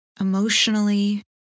emotionally